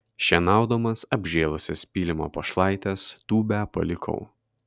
šienaudamas apžėlusias pylimo pašlaites tūbę palikau